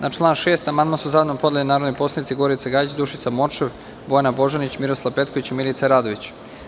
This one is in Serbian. Na član 6. amandman su zajedno podneli narodni poslanici Gorica Gajić, Dušica Morčev, Bojana Božanić, Miroslav Petković i Milica Radović.